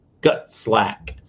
Gutslack